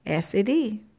SAD